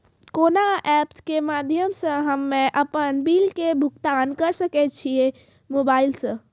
कोना ऐप्स के माध्यम से हम्मे अपन बिल के भुगतान करऽ सके छी मोबाइल से?